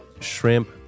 shrimp